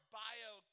bio